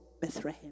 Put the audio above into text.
Bethlehem